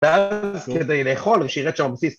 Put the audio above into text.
‫כדי לאכול ושירת שם בבסיס.